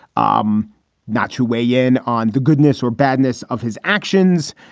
um not to weigh in on the goodness or badness of his actions,